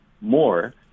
more